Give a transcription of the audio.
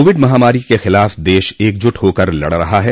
Covid महामारी के ख़िलाफ़ देश एकजुट होकर लड़ रहा है